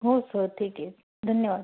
हो सर ठीक आहे धन्यवाद